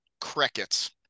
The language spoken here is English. Crickets